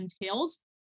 entails